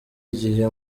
igihe